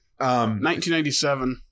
1997